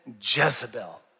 Jezebel